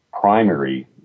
primary